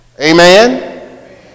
amen